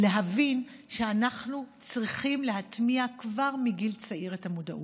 יש הבין שאנחנו צריכים להטמיע כבר מגיל צעיר את המודעות.